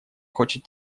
хочет